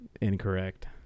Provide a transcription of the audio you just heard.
Incorrect